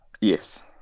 Yes